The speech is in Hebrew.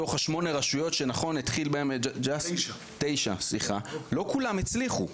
מתוך תשע הרשויות שזה התחיל בהן לא כולן הצליחו.